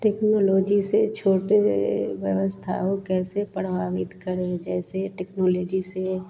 technology से छोटे व्यवस्थाओं कैसे प्रभावित कर रहें जैसे यह टेक्नोलेजी से